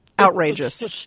Outrageous